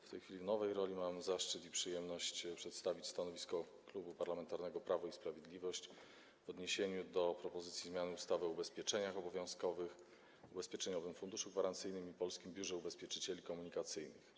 W tej chwili występuję w nowej roli i mam zaszczyt i przyjemność przedstawić stanowisko Klubu Parlamentarnego Prawo i Sprawiedliwość w odniesieniu do propozycji zmiany ustawy o ubezpieczeniach obowiązkowych, Ubezpieczeniowym Funduszu Gwarancyjnym i Polskim Biurze Ubezpieczycieli Komunikacyjnych.